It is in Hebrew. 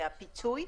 מדובר על הפיצוי,